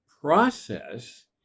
process